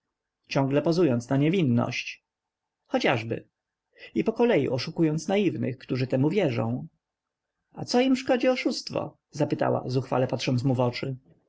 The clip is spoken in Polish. ciągle pozując na niewinność chociażby i pokolei oszukując naiwnych którzy temu wierzą a co im szkodzi oszustwo zapytała zuchwale patrząc mu w oczy